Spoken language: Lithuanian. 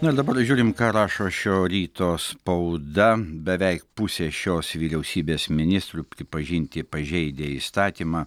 na dabar žiūrim ką rašo šio ryto spauda beveik pusė šios vyriausybės ministrų pripažinti pažeidę įstatymą